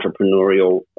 entrepreneurial